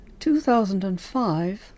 2005